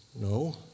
No